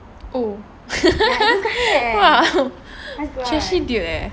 oh !wah! trashy dude eh